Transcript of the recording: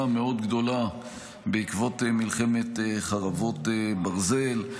מאוד גדולה בעקבות מלחמת חרבות ברזל.